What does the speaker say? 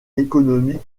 économique